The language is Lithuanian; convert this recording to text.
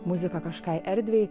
muzika kažkokiai erdvei